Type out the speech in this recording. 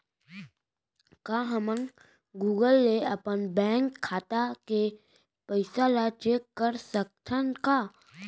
का हमन गूगल ले अपन बैंक खाता के पइसा ला चेक कर सकथन का?